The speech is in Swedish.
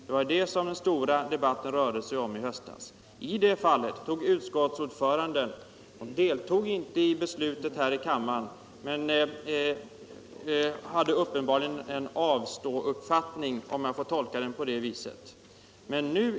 Det var detta som den stora debatten i höstas rörde sig om. Utskottsordföranden deltog då inte i beslutet i kammaren men hade uppenbarligen en ”avståuppfattning”, om jag får kalla det så.